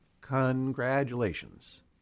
Congratulations